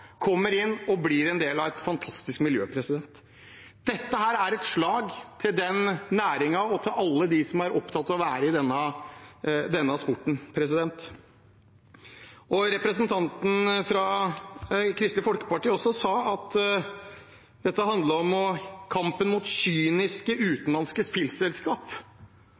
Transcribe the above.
kommer inn og blir en del av et fantastisk miljø. Dette er et slag for den næringen og for alle dem som er opptatt av å være i denne sporten. Representanten fra Kristelig Folkeparti sa også at dette handler om kampen mot kyniske utenlandske